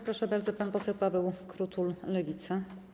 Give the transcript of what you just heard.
Proszę bardzo, pan poseł Paweł Krutul, Lewica.